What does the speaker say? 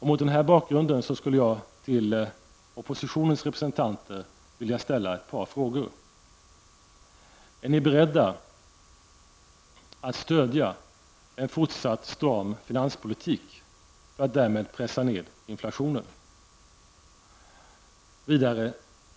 Mot den här bakgrunden vill jag avslutningsvis rikta mig till oppositionens representanter med två frågor: Är ni beredda att stödja en fortsatt stram finanspolitik för att därmed pressa ned inflationen?